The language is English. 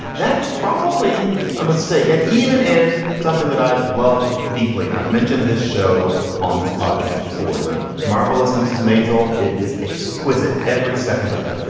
that's probably a mistake. and even in something that i love deeply and i've mentioned this show on this podcast before, the marvelous mrs. masel, it is exquisite every second of it.